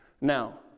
Now